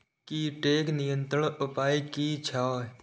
कीटके नियंत्रण उपाय कि छै?